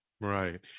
Right